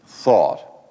thought